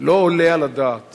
לא עולה על הדעת